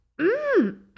Mmm